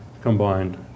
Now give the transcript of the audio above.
combined